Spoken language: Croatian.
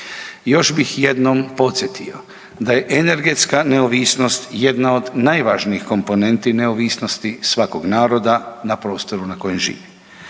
Još bih jednom podsjetio da je energetska neovisnost jedna od najvažnijih komponenti neovisnosti svakog naroda na prostoru na kojem živi.